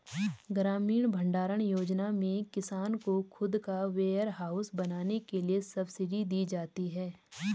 ग्रामीण भण्डारण योजना में किसान को खुद का वेयरहाउस बनाने के लिए सब्सिडी दी जाती है